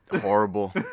horrible